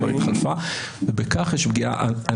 הייתי אומר בשביל מה אתה מנסה לשכנע אותי.